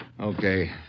okay